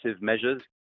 measures